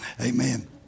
amen